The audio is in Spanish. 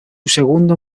segundo